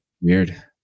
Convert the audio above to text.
weird